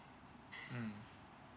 mm